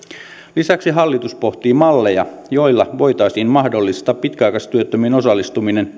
lisäksi hallitus pohtii malleja joilla voitaisiin mahdollistaa pitkäaikaistyöttömien osallistuminen